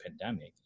pandemic